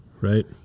Right